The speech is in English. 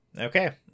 Okay